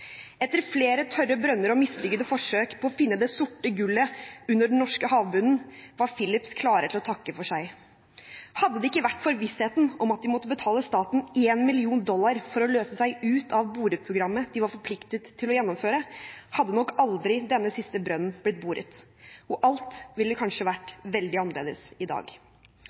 Etter flere tørre brønner og mislykkede forsøk på å finne det sorte gullet under den norske havbunnen, var Phillips klare til å takke for seg. Hadde det ikke vært for vissheten om at de måtte betale staten en million dollar for å løse seg ut av boreprogrammet de var forpliktet til å gjennomføre, hadde nok aldri denne siste brønnen blitt boret. Og alt ville kanskje vært veldig annerledes i dag.